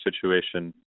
situation